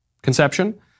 conception